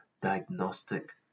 diagnostic